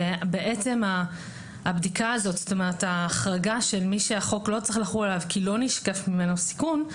בעצם החריגה של מי שהחוק לא צריך לחול עליו כי לא נשקף ממנו סיכון,